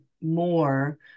more